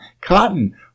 cotton